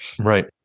Right